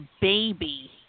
baby